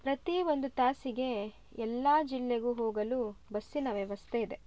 ಪ್ರತಿ ಒಂದು ತಾಸಿಗೆ ಎಲ್ಲಾ ಜಿಲ್ಲೆಗೂ ಹೋಗಲು ಬಸ್ಸಿನ ವ್ಯವಸ್ಥೆ ಇದೆ